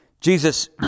Jesus